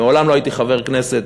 מעולם לא הייתי חבר כנסת